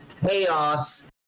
chaos